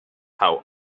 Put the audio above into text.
how